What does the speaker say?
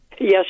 Yes